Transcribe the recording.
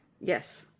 Yes